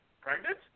pregnant